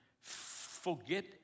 Forget